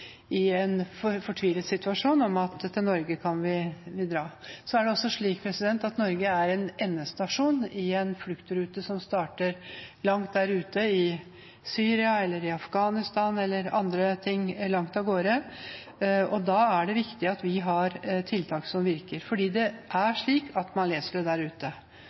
en fortvilet situasjon, at til Norge kan vi dra. Så er det også slik at Norge er en endestasjon på en fluktrute som starter langt der ute, i Syria eller i Afghanistan eller andre land langt av gårde. Da er det viktig at vi har tiltak som virker, fordi det er slik at man leser det der ute.